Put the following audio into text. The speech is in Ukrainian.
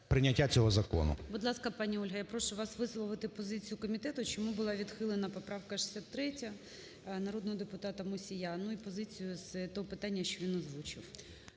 прийняття цього закону.